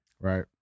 Right